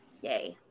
Yay